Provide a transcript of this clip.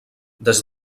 des